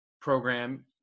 program